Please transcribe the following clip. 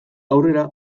aurrera